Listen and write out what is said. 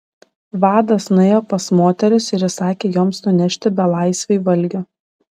vadas nuėjo pas moteris ir įsakė joms nunešti belaisviui valgio